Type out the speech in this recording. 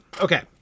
Okay